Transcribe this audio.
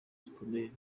zikomeye